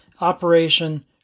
operation